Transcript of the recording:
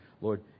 Lord